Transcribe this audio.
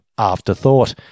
Afterthought